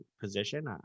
position